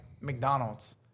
McDonald's